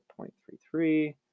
0.33